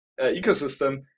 ecosystem